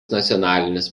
nacionalinis